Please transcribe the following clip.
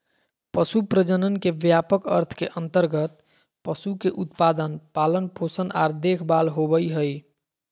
पशु प्रजनन के व्यापक अर्थ के अंतर्गत पशु के उत्पादन, पालन पोषण आर देखभाल होबई हई